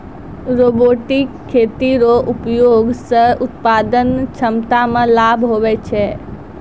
robotic खेती रो उपयोग से उत्पादन क्षमता मे लाभ हुवै छै